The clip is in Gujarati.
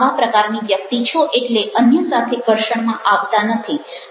તમે આવા પ્રકારની વ્યક્તિ છો એટલે અન્ય સાથે ઘર્ષણમાં આવ્તા નથી